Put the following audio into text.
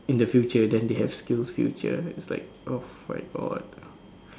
in the future then they have Skills-Future its like oh my God